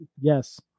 Yes